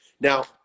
Now